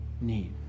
need